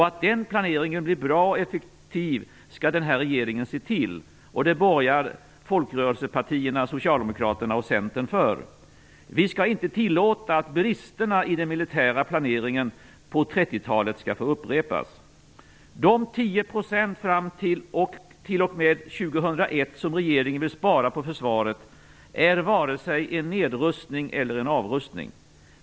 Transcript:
Att den planeringen blir bra och effektiv skall den här regeringen se till, och det borgar folkrörelsepartierna Socialdemokraterna och Centern för. Vi skall inte tillåta att bristerna i den militära planeringen på 30-talet upprepas. De 10 % som regeringen vill spara på försvaret fram t.o.m. år 2001 är varken en nedrustning eller en avrustning.